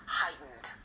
heightened